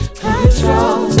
control